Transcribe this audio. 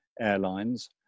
airlines